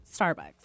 Starbucks